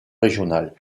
régional